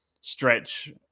stretch